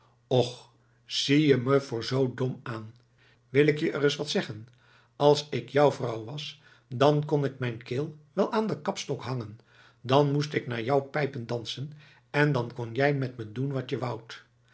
och zie je me voor z dom aan wil ik je ereis wat zeggen als ik jou vrouw was dan kon ik mijn keel wel aan den kapstok hangen dan moest ik naar jou pijpen dansen en dan kon jij met me doen wat je woudt